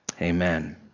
Amen